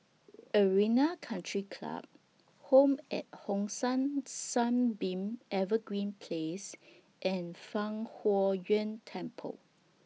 Arena Country Club Home At Hong San Sunbeam Evergreen Place and Fang Huo Yuan Temple